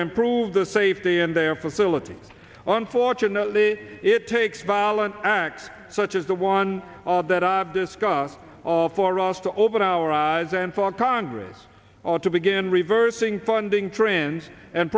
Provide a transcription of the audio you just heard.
improve the safety in their facility unfortunately it takes violent acts such as the one that i discussed all for us to open our eyes and for congress ought to begin reversing funding trends and